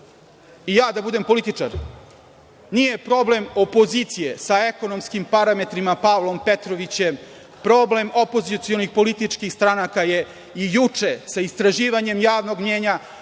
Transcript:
ja da budem političar, nije problem opozicije sa ekonomskim parametrima, Pavlom Petrovićem, problem opozicionih političkih stranaka i juče sa istraživanjem javnog mnjenja